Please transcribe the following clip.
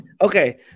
Okay